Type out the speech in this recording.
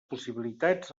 possibilitats